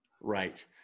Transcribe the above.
Right